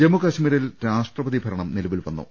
ജമ്മുകശ്മീരിൽ രാഷ്ട്രപതിഭരണം നിലവിൽവന്നു